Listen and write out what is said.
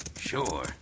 Sure